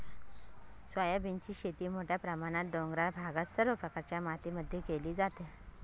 सोयाबीनची शेती मोठ्या प्रमाणात डोंगराळ भागात सर्व प्रकारच्या मातीमध्ये केली जाते